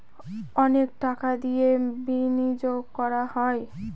অনেক টাকা দিয়ে বিনিয়োগ করা হয়